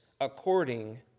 according